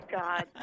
God